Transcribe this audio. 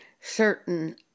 certain